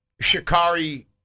shikari